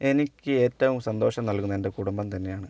എനിക്ക് ഏറ്റവും സന്തോഷം നൽകുന്നത് എൻ്റെ കുടുംബം തന്നെയാണ്